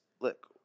look